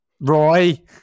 Roy